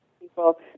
people